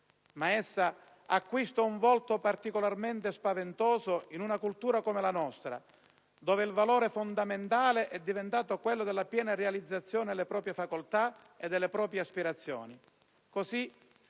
ma acquista un volto particolarmente spaventoso in una cultura come la nostra, dove il valore fondamentale è diventato quello della piena realizzazione delle proprie facoltà e delle proprie aspirazioni.